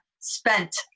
spent